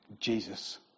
Jesus